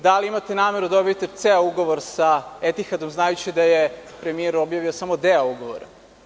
Da li imate nameru da objavite ceo ugovor sa Etihadom, znajući da je premijer objavio samo deo ugovora?